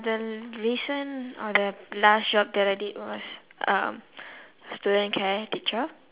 the recent or the last job that I did was uh student care teacher